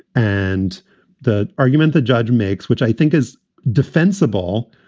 and the argument the judge makes, which i think is defensible,